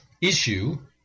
issue